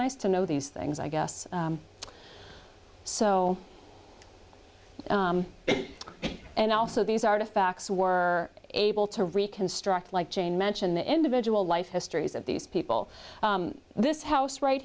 nice to know these things i guess so and also these artifacts we're able to reconstruct like jane mentioned the individual life histories of these people this house right